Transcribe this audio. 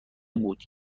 بود